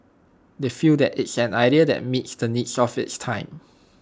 they feel that it's an idea that meets the needs of its time